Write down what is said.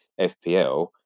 FPL